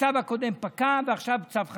הצו הקודם פקע ועכשיו צו חדש.